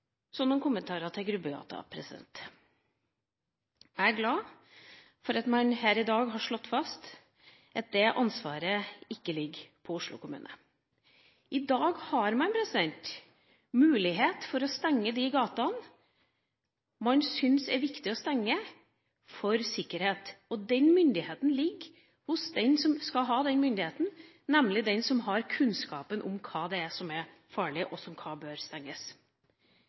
Så noen kommentarer til Grubbegata: Jeg er glad for at man her i dag har slått fast at det ansvaret ikke ligger på Oslo kommune. I dag har man mulighet til å stenge de gatene man synes det er viktig å stenge for sikkerheten. Den myndigheten ligger hos den som skal ha den myndigheten, nemlig den som har kunnskapen om hva det er som er farlig, og om hva som bør stenges.